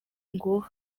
ngo